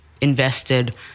invested